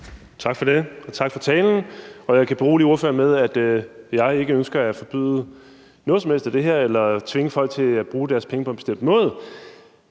Tak for det, og tak for talen. Jeg kan berolige ordføreren med, at jeg ikke ønsker at forbyde noget som helst af det her eller tvinge folk til at bruge deres penge på en bestemt måde.